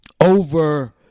over